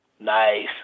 Nice